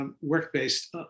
Work-based